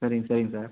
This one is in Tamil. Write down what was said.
சரிங்க சரிங்க சார்